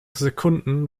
sekunden